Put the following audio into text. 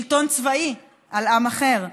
שלטון צבאי על עם אחר,